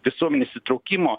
visuomenės įtraukimo